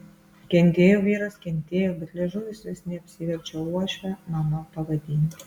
kentėjo vyras kentėjo bet liežuvis vis neapsiverčia uošvę mama pavadinti